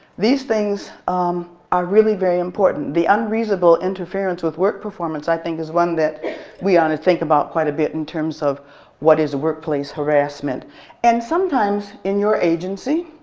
these things are really very important the unreasonable interference with work performance i think is one we ought to think about quite a bit. in terms of what is workplace harassment and sometimes in your agency,